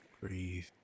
breathe